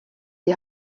die